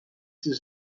does